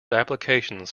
applications